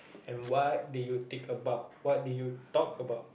and what did you think about what did you talk about